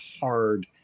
hard